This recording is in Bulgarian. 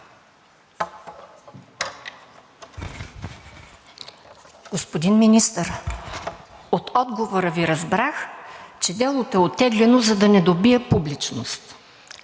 Господин Министър, от отговора Ви разбрах, че делото е оттеглено, за да не добие публичност,